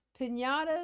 pinatas